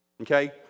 Okay